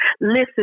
Listen